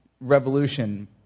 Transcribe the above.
revolution